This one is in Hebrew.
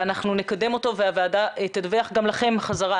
אנחנו נקדם אותו והוועדה תדווח גם לכם חזרה